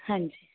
ਹਾਂਜੀ